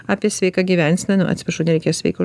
apie sveiką gyvenseną nu atsiprašau nereikėjo sveiko